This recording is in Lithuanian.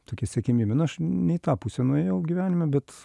tokia siekiamybė nu aš ne į tą pusę nuėjau gyvenime bet